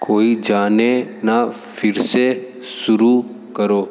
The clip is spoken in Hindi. कोई जाने न फ़िर से शुरू करो